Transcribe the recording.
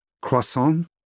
Croissant